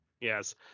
yes